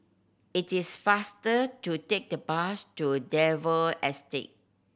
it is faster to take the bus to Dalvey Estate